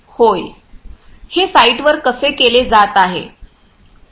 होय हे साइटवर कसे केले जात आहे